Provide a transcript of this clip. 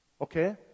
Okay